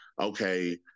okay